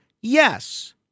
yes